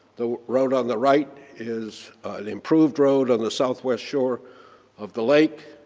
the road on the right is improved road on the southwest shore of the lake.